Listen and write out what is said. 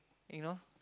you know